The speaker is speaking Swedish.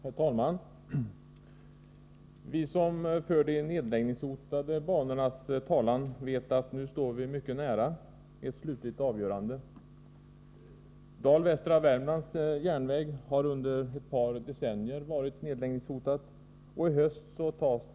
Herr talman! Vi som för de nedläggningshotade banornas talan vet att nu står vi mycket nära ett slutligt avgörande.